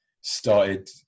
started